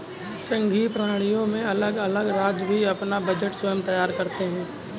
संघीय प्रणालियों में अलग अलग राज्य भी अपना बजट स्वयं तैयार करते हैं